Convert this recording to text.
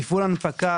תפעול הנפקה,